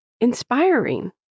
inspiring